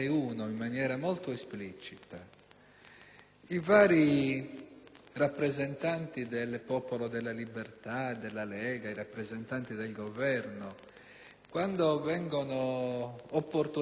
I vari rappresentanti del Popolo della Libertà, della Lega e del Governo, quando vengono opportunamente interrogati riguardo